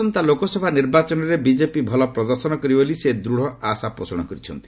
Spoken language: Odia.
ଆସନ୍ତା ଲୋକସଭା ନିର୍ବାଚନରେ ବିଜେପି ଭଲ ପ୍ରଦର୍ଶନ କରିବ ବୋଲି ସେ ଦୂଢ ଆଶାପୋଷଣ କରିଛନ୍ତି